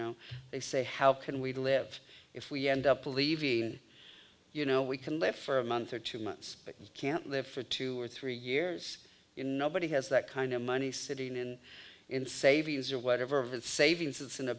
know they say how can we live if we end up leaving you know we can live for a month or two months but we can't live for two or three years you know nobody has that kind of money sitting in in savings or whatever in savings it's in a